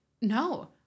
no